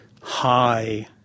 high